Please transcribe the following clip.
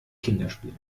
kinderspiel